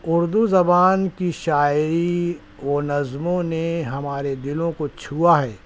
اُردو زبان کی شاعری و نظموں نے ہمارے دِلوں کو چھوا ہے